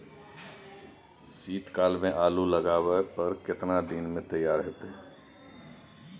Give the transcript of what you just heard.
शीत काल में आलू लगाबय पर केतना दीन में तैयार होतै?